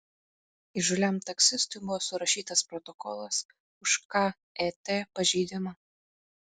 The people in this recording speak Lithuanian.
įžūliam taksistui buvo surašytas protokolas už ket pažeidimą